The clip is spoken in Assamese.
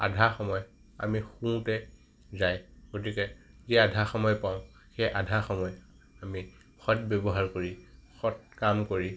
আধা সময় আমি শোওতে যায় গতিকে যি আধা সময় পাওঁ সেই আধা সময় আমি সৎ ব্য়ৱহাৰ কৰি সৎ কাম কৰি